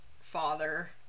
father